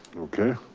okay.